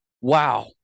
wow